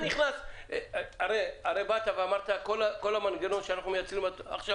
הרי באת ואמרת שכל המנגנון שאנחנו מייצרים עכשיו,